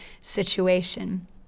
situation